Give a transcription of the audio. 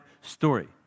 story